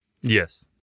Yes